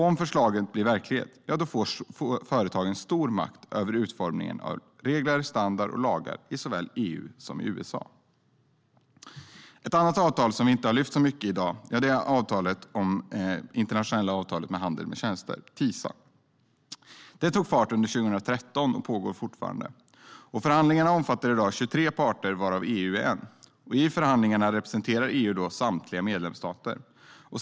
Om förslaget blir verklighet får företagen stor makt över utformningen av regler, standarder och lagar i såväl EU som USA. Ett annat avtal, som vi inte har lyft fram så mycket i dag, är det internationella avtalet om handel med tjänster, TISA. Det tog fart under 2013 och pågår fortfarande. Förhandlingarna omfattar i dag 23 parter varav EU är en. I förhandlingarna representerar EU samtliga medlemsstater.